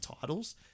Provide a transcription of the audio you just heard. titles